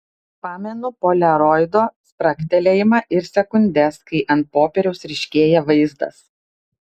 pamenu poliaroido spragtelėjimą ir sekundes kai ant popieriaus ryškėja vaizdas